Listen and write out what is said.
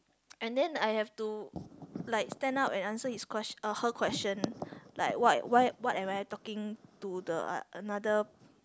and then I have to like stand up and answer his question her question like what why am I talking to the another